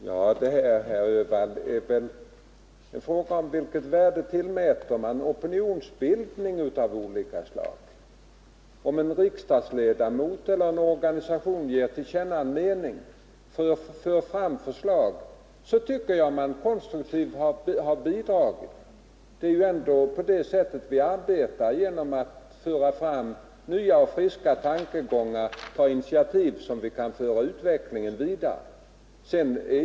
Herr talman! Detta är väl en fråga om vilket värde man tillmäter opinionsbildning av olika slag. Om en riksdagsman eller en organisation ger till känna en mening och för fram förslag, tycker jag att man har lämnat ett konstruktivt bidrag. Det är ändå på det sättet vi arbetar. Det gäller att föra fram nya och friska tankegångar och initiativ som kan föra utvecklingen vidare.